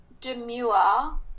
demure